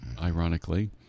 ironically